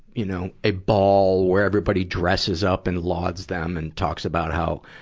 you know, a ball where everybody dresses up and lauds them and talks about how,